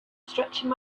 stretching